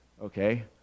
Okay